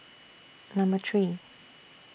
Number three